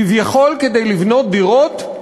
כביכול כדי לבנות דירות,